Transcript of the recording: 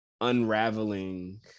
unraveling